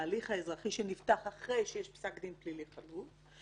בהליך האזרחי שנפתח אחרי שיש פסק דין פלילי חלוט,